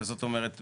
זאת אומרת,